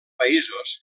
països